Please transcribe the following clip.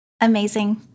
Amazing